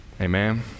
Amen